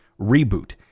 reboot